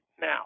now